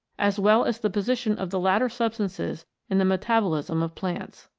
as well as the position of the latter substances in the meta bolism of plants.